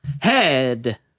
Head